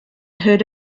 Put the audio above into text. heard